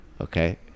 Okay